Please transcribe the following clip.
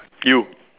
you